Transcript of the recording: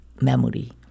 memory